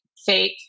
Fake